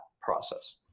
process